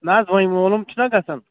نہَ حظ وۅنۍ موٗلوٗم چھُنا گژھان